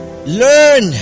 Learn